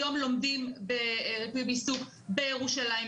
היום לומדים ריפוי בעיסוק בירושלים,